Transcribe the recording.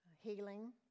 healing